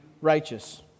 righteous